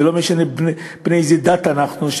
ולא משנה בני איזו דת אנחנו,